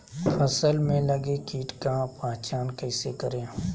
फ़सल में लगे किट का पहचान कैसे करे?